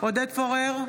עודד פורר,